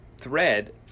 thread